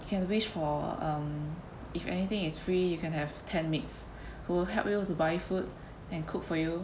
you can wish for um if anything is free you can have ten maids who will help you to buy food and cook for you